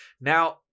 Now